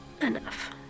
enough